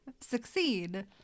succeed